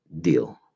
deal